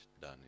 done